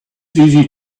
easy